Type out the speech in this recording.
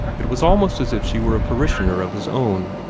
it was almost as if she were a parishioner of his own.